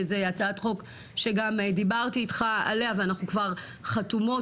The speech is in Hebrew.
זו הצעת חוק שכבר דיברתי איתך עליה ואנחנו כבר חתומות